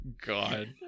God